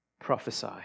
prophesy